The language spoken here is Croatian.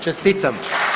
Čestitam.